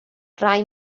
rai